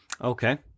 Okay